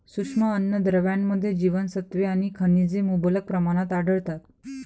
सूक्ष्म अन्नद्रव्यांमध्ये जीवनसत्त्वे आणि खनिजे मुबलक प्रमाणात आढळतात